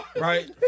right